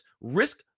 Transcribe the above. risk